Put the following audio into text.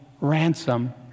ransom